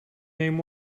name